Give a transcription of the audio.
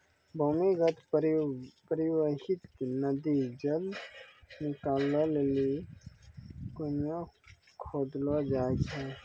भूमीगत परबाहित नदी जल निकालै लेलि कुण्यां खोदलो जाय छै